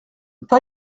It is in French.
pas